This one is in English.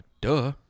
duh